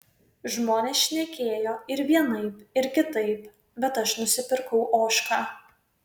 žmonės šnekėjo ir vienaip ir kitaip bet aš nusipirkau ožką